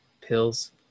pills